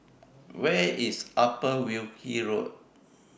Where IS Upper Wilkie Road